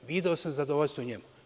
Video sam zadovoljstvo u njemu.